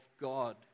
God